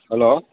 hello